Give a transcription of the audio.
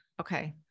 Okay